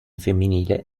femminile